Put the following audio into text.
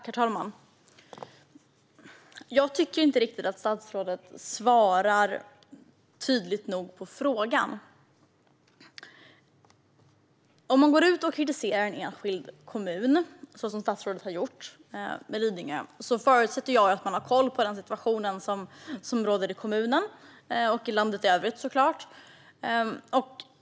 Herr talman! Jag tycker inte riktigt att statsrådet svarar tydligt nog på frågan. Om man går ut och kritiserar en enskild kommun, så som statsrådet har gjort med Lidingö, förutsätter jag att man har koll på den situation som råder i kommunen och i landet i övrigt.